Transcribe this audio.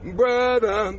brother